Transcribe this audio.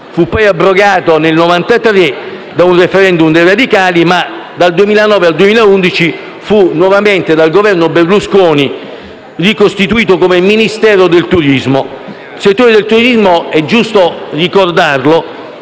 fu poi abrogato nel 1993 da un *referendum* dei radicali, ma dal 2009 al 2011 fu nuovamente dal Governo Berlusconi ricostituito come Ministero del turismo. Il settore del turismo - è giusto ricordarlo